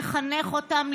לחנך אותם,